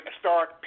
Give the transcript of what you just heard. start